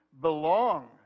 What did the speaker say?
belong